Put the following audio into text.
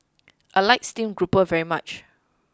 I like steamed grouper very much